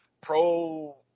pro